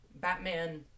Batman